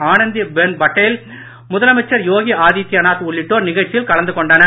ஆனந்தி பென் பட்டேல் முதலமைச்சர் யோகி ஆதித்யநாத் உள்ளிட்டோர் நிகழ்ச்சியில் கலந்து கொண்டனர்